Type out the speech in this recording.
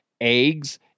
eggs